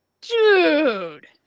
dude